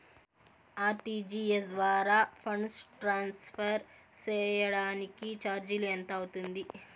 RTGS ద్వారా funds transfer సేయడానికి చార్జీలు ఎంత అవుతుంది